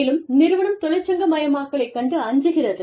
மேலும் நிறுவனம் தொழிற்சங்கமயமாக்கலை கண்டு அஞ்சுகிறது